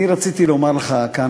אני רציתי לומר לך כאן,